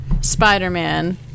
Spider-Man